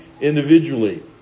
individually